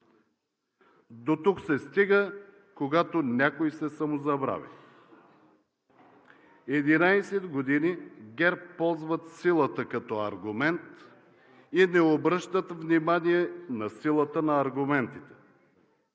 Дотук се стига, когато някой се самозабрави. Единадесет години ГЕРБ ползват силата като аргумент и не обръщат внимание на силата на аргументите.